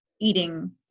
eating